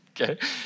Okay